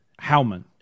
Howman